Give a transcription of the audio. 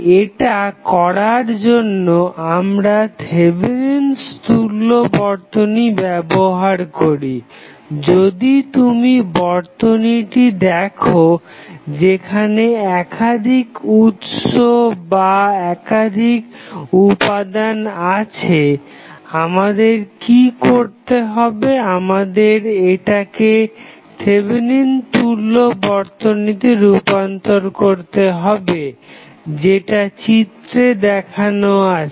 এটা করার জন্য আমরা থেভেনিন তুল্য বর্তনী ব্যবহার করি যদি তুমি বর্তনীটি দেখো যেখানে একাধিক উৎস বা একাধিক উপাদান আছে আমাদের কি করতে হবে আমাদের এটাকে থেভেনিন তুল্য বর্তনীতে রূপান্তর করতে হবে যেটা চিত্রে দেখানো আছে